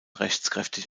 rechtskräftig